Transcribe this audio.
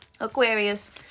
aquarius